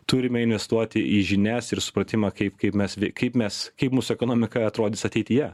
turime investuoti į žinias ir supratimą kaip kaip mes kaip mes kaip mūsų ekonomika atrodys ateityje